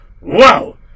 whoa